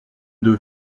deux